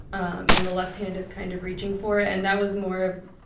and the left hand is kind of reaching for it. and that was more